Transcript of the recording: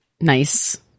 nice